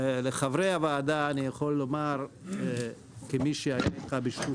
לחברי הוועדה אני יכול לומר כמי שהיה איתך בשיתוף